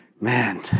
man